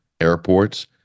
airports